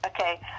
Okay